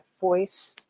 voice